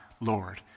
Lord